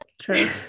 True